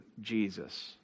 Jesus